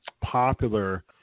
popular